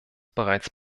bereits